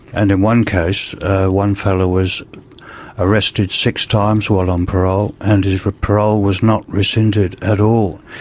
and in one case one fellow was arrested six times while on parole and his parole was not rescinded at all.